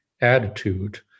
attitude